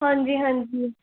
ਹਾਂਜੀ ਹਾਂਜੀ